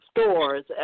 stores